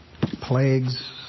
Plagues